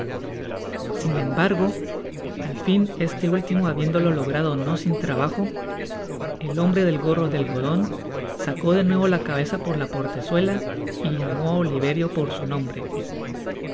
sin embargo al fin éste último habiéndolo logrado no sin trabajo el hombre del gorro de algodon sacó de nuevo la cabeza por la portezuela y llamó á oliverio por su nombre